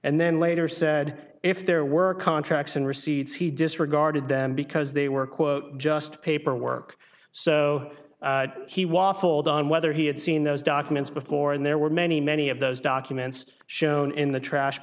and then later said if there were contracts and receipts he disregarded them because they were quote just paperwork so he waffled on whether he had seen those documents before and there were many many of those documents shown in the trash